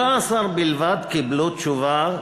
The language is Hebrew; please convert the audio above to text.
17 בלבד קיבלו תשובה,